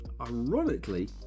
Ironically